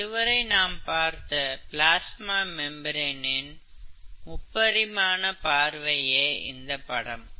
இதுவரை நாம் பார்த்த பிளாஸ்மா மெம்பிரன் இன் முப்பரிமான பார்வையே இந்த படம்